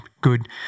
good